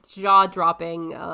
jaw-dropping